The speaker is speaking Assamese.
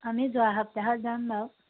আমি যোৱা সপ্তাহত যাম বাৰু